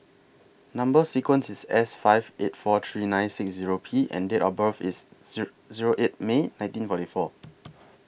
Number sequence IS S five eight four three nine six P and Date of birth IS Zero eight May nineteen forty four